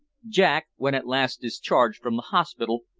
jack, when at last discharged from the hospital,